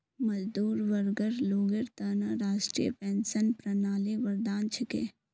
मजदूर वर्गर लोगेर त न राष्ट्रीय पेंशन प्रणाली वरदान छिके